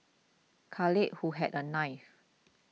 Khalid who had a knife